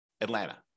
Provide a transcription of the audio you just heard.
Atlanta